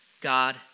God